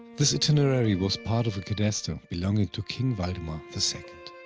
this itinerary was part of a cadaster belonging to king valdemar the second.